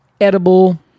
edible